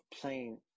playing